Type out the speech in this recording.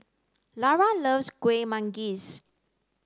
Larae loves Kuih Manggis